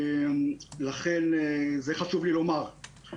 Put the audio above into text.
חשוב לי לומר.